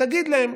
תגיד להם,